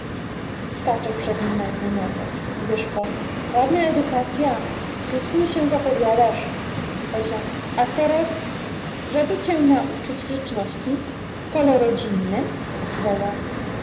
skacze przed nim na jednej nodze ładna edukacya ślicznie się zapowiadasz a teraz żeby cię nauczyć grzeczności w kole rodzinnem woła